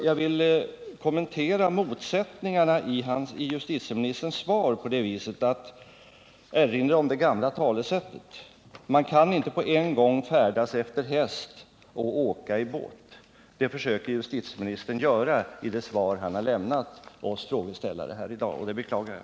Jag vill kommentera motsättningarna i justitieministerns svar genom att erinra om det gamla talesättet, att man inte på en gång kan färdas efter häst och åka i båt. Det försöker justitieministern göra i det svar han i dag har lämnat oss frågeställare — och det beklagar jag.